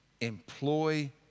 employ